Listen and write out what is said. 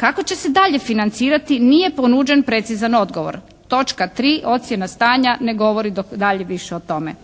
Kako će se dalje financirati nije ponuđen precizan odgovor. Točka 3. ocjena stanja ne govori dalje više o tome.